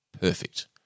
perfect